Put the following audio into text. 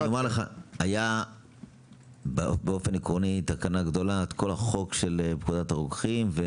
אני אומר לך: היה באופן עקרוני בתקנה גדולה כול החוק של פקודת הרוקחים.